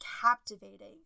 captivating